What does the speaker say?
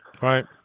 Right